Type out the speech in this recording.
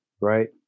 right